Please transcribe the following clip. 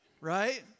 right